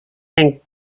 and